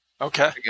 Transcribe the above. Okay